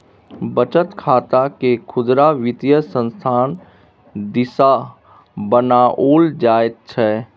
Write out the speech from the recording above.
बचत खातकेँ खुदरा वित्तीय संस्थान दिससँ बनाओल जाइत छै